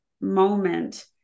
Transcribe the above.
moment